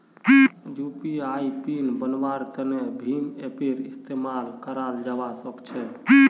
UPI PIN बन्वार तने भीम ऐपेर इस्तेमाल कराल जावा सक्छे